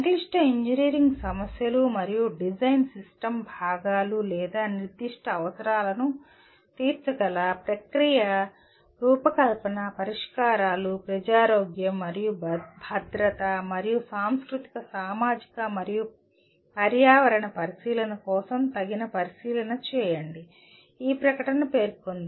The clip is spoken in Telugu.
సంక్లిష్ట ఇంజనీరింగ్ సమస్యలు మరియు డిజైన్ సిస్టమ్ భాగాలు లేదా నిర్దిష్ట అవసరాలను తీర్చగల ప్రక్రియల రూపకల్పన పరిష్కారాలు ప్రజారోగ్యం మరియు భద్రత మరియు సాంస్కృతిక సామాజిక మరియు పర్యావరణ పరిశీలన కోసం తగిన పరిశీలన చేయండి ఈ ప్రకటన పేర్కొంది